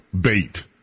Bait